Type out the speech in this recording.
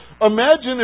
Imagine